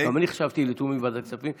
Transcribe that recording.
גם אני חשבתי לתומי על ועדת הכספים.